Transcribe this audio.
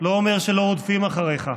לא אומר שלא רודפים אחריך,